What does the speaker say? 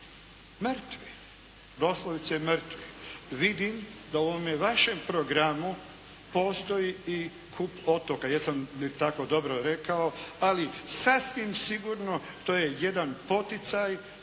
mrtvi, doslovce mrtvi. Vidim da u ovome vašem programu postoji i … /Govornik se ne razumije./ … otoka. Jesam li tako dobro rekao? Ali sasvim sigurno to je jedan poticaj